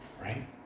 Right